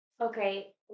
okay